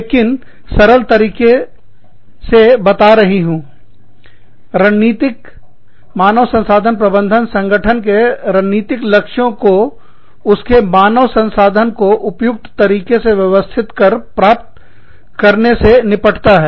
लेकिन सरल तरीके बता रही हूँ रणनीतिक मानव संसाधन प्रबंधन संगठन के रणनीतिक लक्ष्यों को उसके मानव संसाधन को उपयुक्त तरीके से व्यवस्थित कर प्राप्त करने से निपटता है